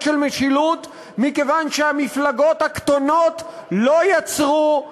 של משילות מכיוון שהמפלגות הקטנות לא יצרו,